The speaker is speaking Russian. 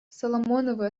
соломоновы